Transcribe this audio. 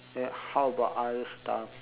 like how about other stuff